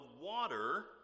water